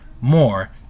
more